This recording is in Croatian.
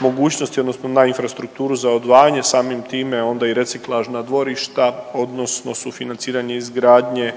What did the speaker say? odnosno na infrastrukturu za odvajanje, samim time, a onda i reciklažna dvorišta odnosno sufinanciranje izgradnje